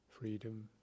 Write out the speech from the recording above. freedom